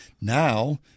now